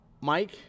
Mike